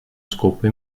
scopa